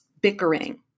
bickering